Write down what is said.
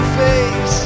face